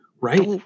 Right